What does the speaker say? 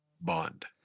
Bond